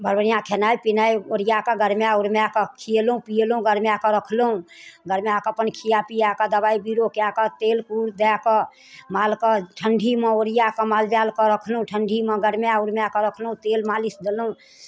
बड़ बढ़िआँ खेनाइ पिनाइ ओरिआ कऽ गरमाए उरमाए कऽ खिएलहुँ पिएलहुँ गरमाए कऽ रखलहुँ गरमाए कऽ अपन खिआ पिआ कऽ दबाइ बिरो कए कऽ तेल कुर दए कऽ मालकेँ ठण्ढीमे ओरिया कऽ मालजालकेँ रखलहुँ ठण्ढीमे गरमाए उरमाए कऽ रखलहुँ तेल मालिश देलहुँ